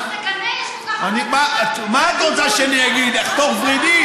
אז תגנה, מה את רוצה שאני אגיד, אחתוך ורידים?